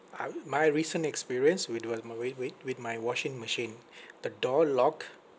uh my recent experience with my with with with my washing machine the door lock